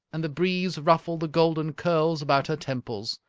and the breeze ruffled the golden curls about her temples.